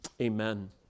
amen